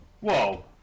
Whoa